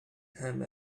him